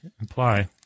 imply